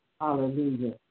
Hallelujah